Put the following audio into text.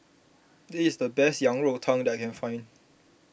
this is the best Yang Rou Tang that I can find